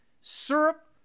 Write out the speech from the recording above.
Syrup